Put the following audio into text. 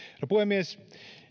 puhemies